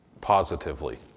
positively